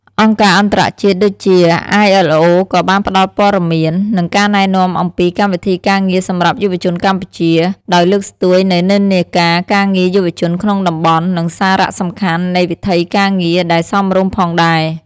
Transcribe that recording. អង្គការអន្តរជាតិដូចជា អាយ អិល អូ ILO ក៏បានផ្តល់ព័ត៌មាន និងការណែនាំអំពីកម្មវិធីការងារសម្រាប់យុវជនកម្ពុជា ដោយលើកស្ទួយនូវនិន្នាការការងារយុវជនក្នុងតំបន់ និងសារៈសំខាន់នៃវិថីការងារដែលសមរម្យផងដែរ។